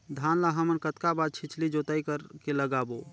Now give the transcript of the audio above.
धान ला हमन कतना बार छिछली जोताई कर के लगाबो?